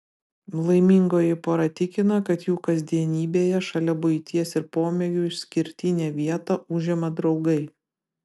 laimingoji pora tikina kad jų kasdienybėje šalia buities ir pomėgių išskirtinę vietą užima draugai